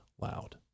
loud